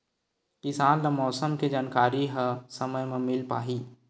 किसान ल मौसम के जानकारी ह समय म मिल पाही?